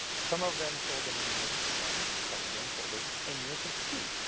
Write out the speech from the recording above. some of them sold them in units of one. some of them sold them in units of two.